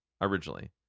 originally